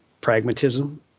pragmatism